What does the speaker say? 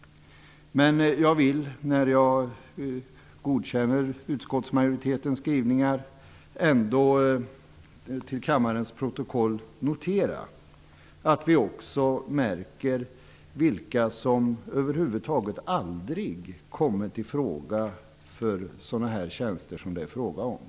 Jag vill när jag godkänner utskottsmajoritetens skrivningar ändå till kammarens protokoll notera att vi också märker vilka som över huvud taget aldrig kommit i fråga för sådana tjänster som det är fråga om.